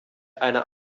einer